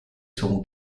seront